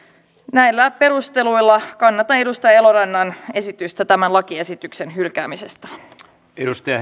näillä perusteluilla kannatan edustaja elorannan esitystä tämän lakiesityksen hylkäämisestä arvoisa